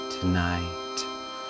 tonight